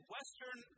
Western